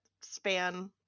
span